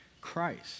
Christ